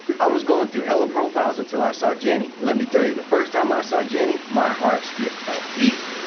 i was going through hella profiles and till i saw jenny. and let me tell you, the first time i saw jenny, my heart skipped a beat.